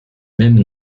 même